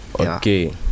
Okay